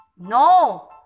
No